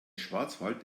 schwarzwald